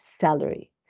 salary